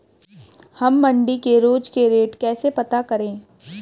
हम मंडी के रोज के रेट कैसे पता करें?